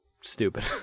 stupid